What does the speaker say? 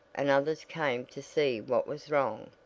and others came to see what was wrong.